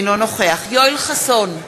אינו נוכח יואל חסון,